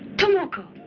tomoko.